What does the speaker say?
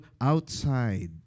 outside